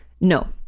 No